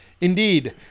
indeed